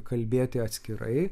kalbėti atskirai